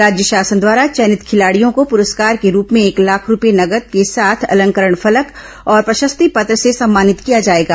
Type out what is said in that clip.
राज्य शासन द्वारा चयनित खिलाड़ियों को पुरस्कार के रूप में एक लाख रूपये नगद के साथ अलंकरण फलक और प्रशस्ति पत्र से सम्मानित किया जाएगा